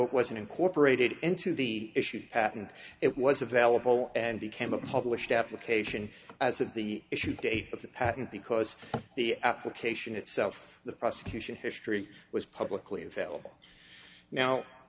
it wasn't incorporated into the issues patent it was available and became a published application as of the issue date of the patent because the application itself the prosecution history was publicly available now